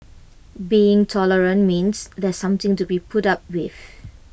being tolerant means there's something to be put up with